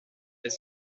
est